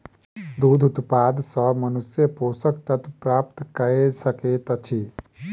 दूध उत्पाद सॅ मनुष्य पोषक तत्व प्राप्त कय सकैत अछि